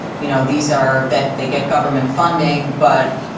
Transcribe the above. you know, these are that they get government funding. but,